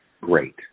great